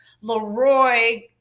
Leroy